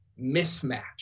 mismatch